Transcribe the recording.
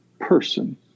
person